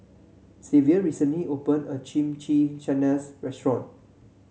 Xavier recently open a Chimichangas Restaurant